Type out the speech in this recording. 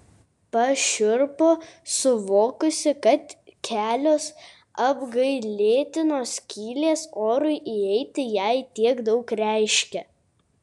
pašiurpo suvokusi kad kelios apgailėtinos skylės orui įeiti jai tiek daug reiškia